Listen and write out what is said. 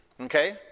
okay